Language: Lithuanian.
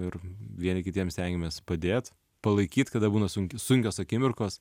ir vieni kitiems stengiamės padėt palaikyt kada būna sunk sunkios akimirkos